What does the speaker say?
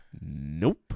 Nope